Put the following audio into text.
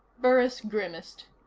burris grimaced.